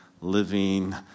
Living